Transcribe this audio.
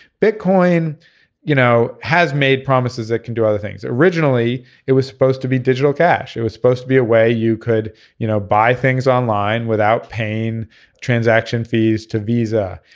bitcoin you know has made promises it can do other things. originally it was supposed to be digital cash. it was supposed to be a way you could you know buy things online without paying transaction fees to visa.